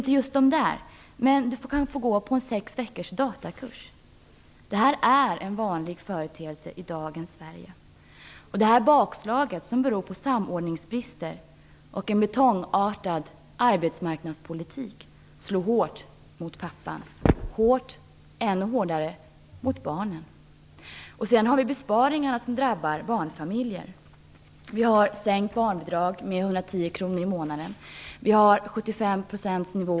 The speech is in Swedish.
I stället kan han du få genomgå en sexveckors datakurs. Det här är en vanlig företeelse i dagens Sverige. Bakslaget, som beror på samordningsbrister och en betongartad arbetsmarknadspolitik, slår hårt mot pappan och ännu hårdare mot barnen. Det görs också besparingar som drabbar barnfamiljer. Barnbidraget sänks med 110 kr i månaden.